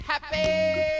happy